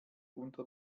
unter